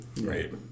right